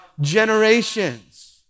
generations